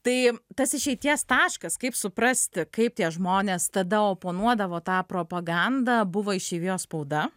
tai tas išeities taškas kaip suprasti kaip tie žmonės tada oponuodavo tą propagandą buvo išeivijos spauda